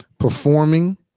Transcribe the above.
performing